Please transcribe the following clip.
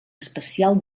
especial